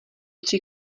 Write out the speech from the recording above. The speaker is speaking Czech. tři